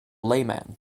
layman